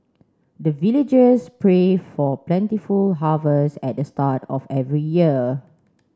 the villagers pray for plentiful harvest at the start of every year